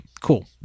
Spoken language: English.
cool